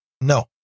No